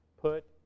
Put